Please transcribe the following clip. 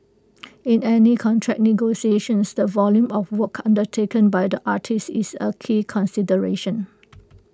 in any contract negotiations the volume of work undertaken by the artiste is A key consideration